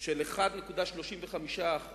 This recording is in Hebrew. של 1.35%